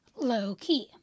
low-key